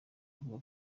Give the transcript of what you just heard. avuga